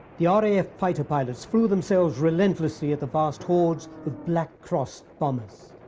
the ah raf fighter pilots flew themselves relentlessly at the fast hoards of black-crossed bombers.